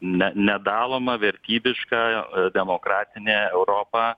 ne nedaloma vertybiška demokratinė europa